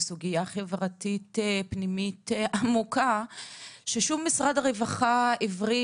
סוגיה חברתית פנימית עמוקה ששום משרד רווחה עברי,